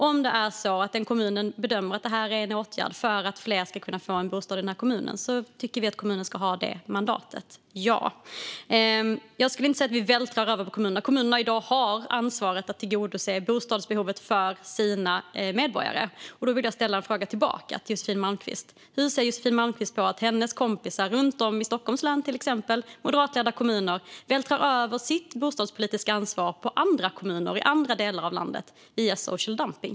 Om en kommun bedömer att det är en åtgärd för att fler ska kunna få en bostad i kommunen tycker vi att kommunen ska ha det mandatet - ja. Jag skulle inte säga att vi vältrar över ansvaret på kommunerna. Kommunerna har i dag ansvaret att tillgodose bostadsbehovet för sina medborgare. Då vill jag ställa en fråga tillbaka till Josefin Malmqvist: Hur ser Josefin Malmqvist på att hennes kompisar i moderatledda kommuner, till exempel runt om i Stockholms län, vältrar över sitt bostadspolitiska ansvar på andra kommuner i andra delar av landet via social dumpning?